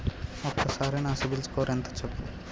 ఒక్కసారి నా CIBIL score ఎంత చెప్పు?